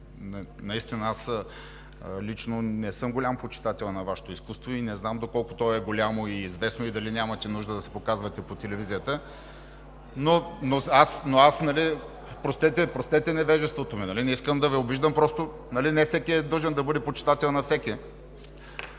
защото аз лично не съм голям почитател на Вашето изкуство и не знам доколко то е голямо и известно и дали нямате нужда да се показвате по телевизията. (Реплики от „БСП за България“.) Простете невежеството ми, не искам да Ви обиждам. Просто не всеки е длъжен да бъде почитател на всеки.